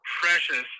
precious